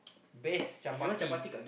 best chapati